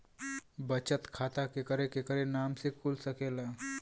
बचत खाता केकरे केकरे नाम से कुल सकेला